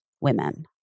women